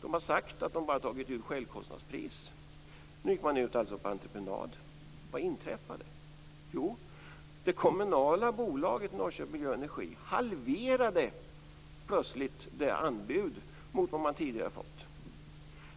De har sagt att de bara har tagit ut självkostnadspris. Nu gick man ut på entreprenad. Vad inträffade? Jo, det kommunala bolaget, Norrköping Miljö och Energi, halverade plötsligt sitt tidigare anbud.